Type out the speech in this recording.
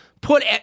put –